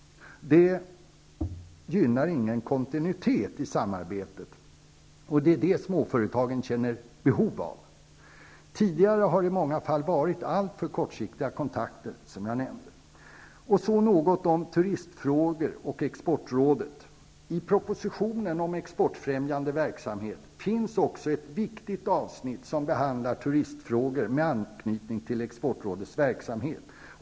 Men det gynnar inte någon kontinuitet i samarbetet, och det är vad småföretagen har behov av. Tidigare har det i många fall varit alltför kortsiktiga kontakter. Så över till turistfrågor och exportrådet. I propositionen om exportfrämjande verksamhet finns också ett viktigt avsnitt som behandlar turistfrågor med anknytning till exportrådets verksamhet.